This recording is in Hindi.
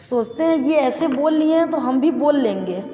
सोचते हैं यह ऐसे बोल लिए हैं तो हम भी बोल लेंगे